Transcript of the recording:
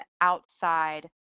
outside